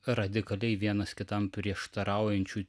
radikaliai vienas kitam prieštaraujančių